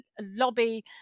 lobby